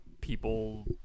people